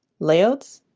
layouts,